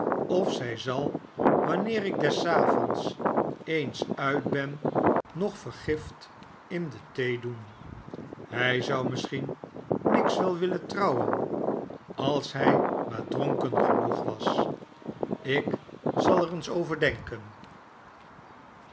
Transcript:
of zij zal wanneer ik des avonds eens uit ben nog vergift in de thee doen hij zou misschien miggs wel willen trouwen als hij maar dronken genoeg was ik zal er eens